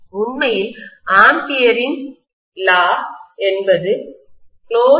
உண்மையில் ஆம்பியரின் சட்டம்ஆம்பியர்ஸ் லா என்பது ∮Hdl